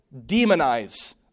demonize